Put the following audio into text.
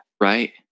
Right